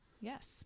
Yes